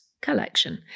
collection